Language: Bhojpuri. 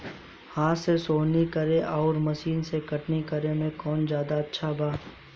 हाथ से सोहनी करे आउर मशीन से कटनी करे मे कौन जादे अच्छा बा?